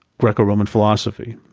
greco-roman philosophy.